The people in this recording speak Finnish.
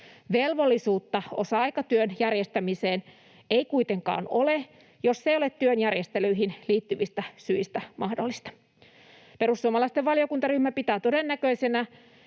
Velvollisuutta osa-aikatyön järjestämiseen ei kuitenkaan ole, jos se ei ole työn järjestelyihin liittyvistä syistä mahdollista. Perussuomalaisten valiokuntaryhmä pitää todennäköisenä,